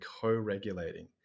co-regulating